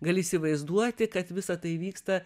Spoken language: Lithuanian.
gali įsivaizduoti kad visa tai vyksta